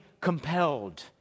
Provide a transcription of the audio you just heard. compelled